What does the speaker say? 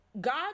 God